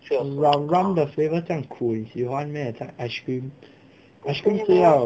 but rum 的 flavour 酱苦你喜欢 meh 这样的 ice cream 不是是要